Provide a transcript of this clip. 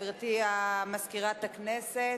גברתי מזכירת הכנסת,